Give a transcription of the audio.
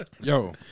Yo